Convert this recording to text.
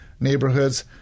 neighborhoods